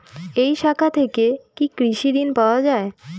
এই শাখা থেকে কি কৃষি ঋণ পাওয়া যায়?